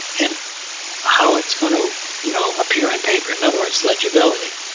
and how it's going to you know appear on paper. in other words, legibility.